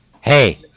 Hey